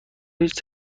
هیچ